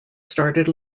started